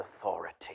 authority